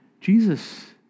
Jesus